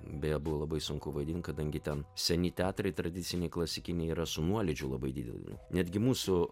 beje buvo labai sunku vaidint kadangi ten seni teatrai tradiciniai klasikiniai yra su nuolydžiu labai dideliu netgi mūsų